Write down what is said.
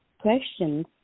questions